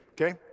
okay